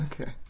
Okay